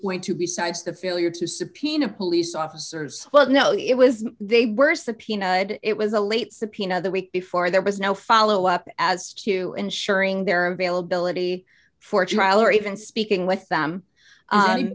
went to besides the failure to subpoena police officers well no it was they were subpoenaed it was a late subpoena the week before there was no follow up as to ensuring their availability for trial or even speaking with them